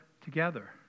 together